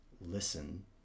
listen